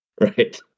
Right